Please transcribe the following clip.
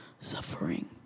suffering